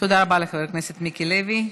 תודה רבה לחבר הכנסת מיקי לוי.